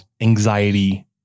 anxiety